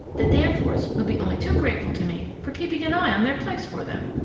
the danforths would be only too grateful to me for keeping an eye on their place for them.